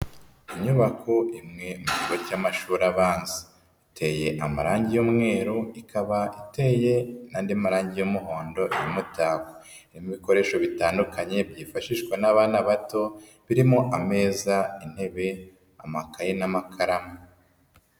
Inyubako imwe mugo cy'amashuri abanza, iteye amarangi y'umweru, ikaba iteye n'andi marangi y'umuhondo, n'imitako, hari ibikoresho bitandukanye byifashishwa n'abana bato, birimo ameza, intebe, amakaye n'amakaramu.